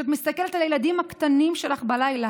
כשאת מסתכלת על הילדים הקטנים שלך בלילה,